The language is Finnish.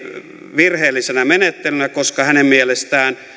virheellisenä menettelynä koska hänen mielestään